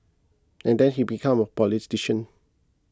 and then he become a politician